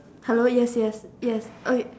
hello yes yes yes okay